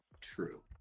True